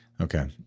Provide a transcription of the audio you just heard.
Okay